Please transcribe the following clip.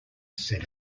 said